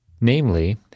namely